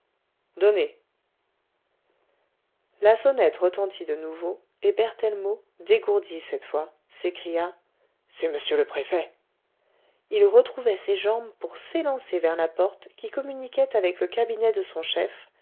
donnez la sonnette retentit de nouveau et berthellemot dégourdi cette fois s'écria c'est m le préfet il retrouvait ses jambes pour s'élancer vers la porte qui communiquait avec le cabinet de son chef